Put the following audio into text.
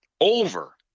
Over